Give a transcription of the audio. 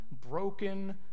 broken